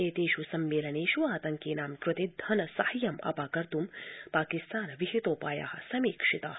एतेषु सम्मेलनेषु आतंकिनां कृते धन साहाय्यमपाकर्तुं पाकिस्तान विहितोपायाः समीक्षिताः